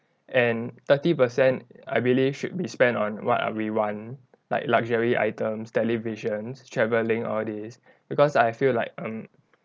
and thirty percent I believe should be spent on what uh we want like luxury items televisions travelling all these because I feel like um